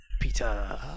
Peter